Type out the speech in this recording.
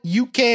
UK